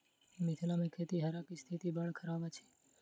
मिथिला मे खेतिहरक स्थिति बड़ खराब अछि